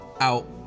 out